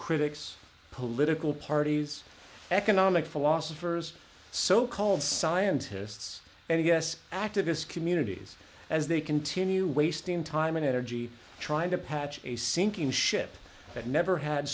critics political parties economic philosophers so called scientists and yes activists communities as they continue wasting time and energy trying to patch a sinking ship that never had